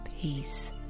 peace